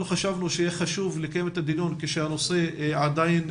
חשבנו שיהיה חשוב לקיים את הדיון כשהנושא עדיין